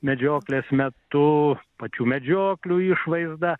medžioklės metu pačių medžioklių išvaizda